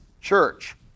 church